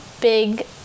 big